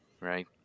right